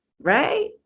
Right